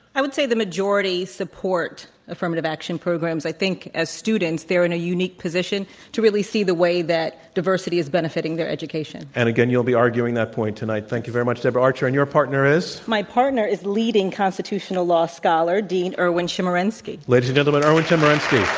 i would say the majority support affirmative action programs. i think as students they're in a unique position to really see the way that diversity is benefiting their education. and again, you'll be arguing that point tonight. thank you very much, deborah archer, and your partner is? my partner is leading law scholar, dean erwin chemerinsky. ladies and gentlemen, erwin chemerinsky.